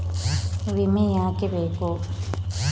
ವಿಮೆ ಯಾಕೆ ಬೇಕು?